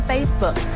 Facebook